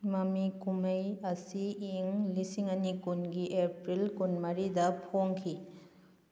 ꯃꯃꯤ ꯀꯨꯝꯍꯩ ꯑꯁꯤ ꯏꯪ ꯂꯤꯁꯤꯡ ꯑꯅꯤ ꯀꯨꯟꯒꯤ ꯑꯦꯄ꯭ꯔꯤꯜ ꯀꯨꯟꯃꯔꯤꯗ ꯐꯣꯡꯈꯤ